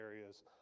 areas